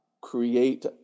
create